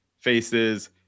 faces